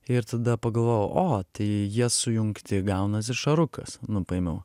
ir tada pagalvojau o tai jie sujungti gaunasi šarukas nu paėmiau